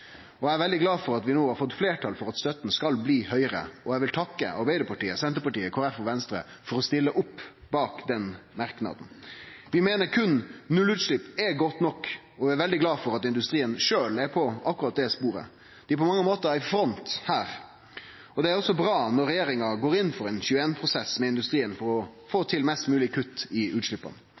nivå. Eg er veldig glad for at vi no har fått fleirtal for at støtta skal bli høgare, og eg vil takke Arbeidarpartiet, Senterpartiet, Kristeleg Folkeparti og Venstre for å stille seg bak den merknaden. Vi meiner at berre nullutslepp er godt nok og er veldig glade for at industrien sjølv er på akkurat det sporet. Dei er på mange måtar i front her. Det er også bra at regjeringa går inn for ein 21-prosess med industrien for å få til mest mogleg kutt i utsleppa.